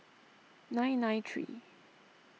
nine nine three